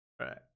right